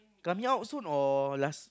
coming out soon or last